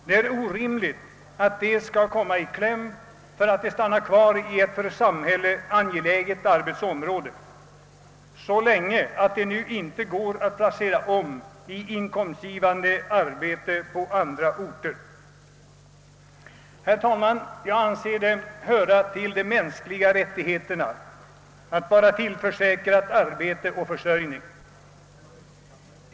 Det är orimligt att de skall komma i kläm därför att de stannar kvar i ett för samhället angeläget arbetsområde så länge, att de nu inte går att placera om i inkomstgivande arbete på andra orter. Herr talman! Jag anser det höra till de mänskliga rättigheterna att vara tillförsäkrad arbete och försörjning.